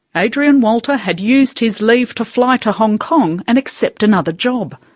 adrian walter had used his leave to fly to hong kong and accept another job.